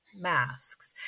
masks